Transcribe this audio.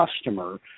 customer